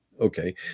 Okay